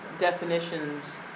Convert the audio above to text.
definitions